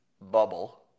bubble